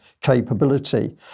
capability